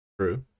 True